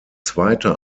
zweite